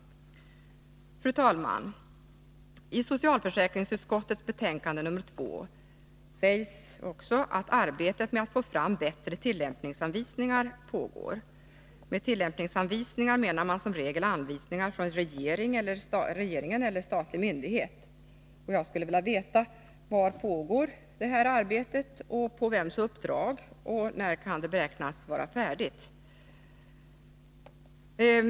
Herr talman! I socialförsäkringsutskottets betänkande nr 2 sägs också att Nr 23 arbetet med att få fram bättre tillämpningsanvisningar pågår. Med tillämp Onsdagen den ningsanvisningar menar man som regel anvisningar från regeringen eller 10 november 1982 statlig myndighet. Jag skulle vilja veta: Var pågår detta arbete och på vems uppdrag? När kan det beräknas vara färdigt?